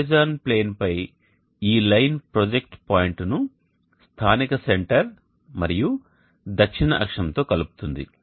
horizon ప్లేన్పై ఈ line project పాయింట్ను స్థానిక సెంటర్ మరియు దక్షిణ అక్షంతో కలుపుతుంది